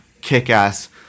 kick-ass